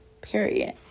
Period